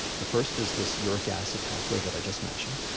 the first is this uric acid pathway that i just mentioned,